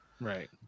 Right